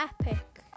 epic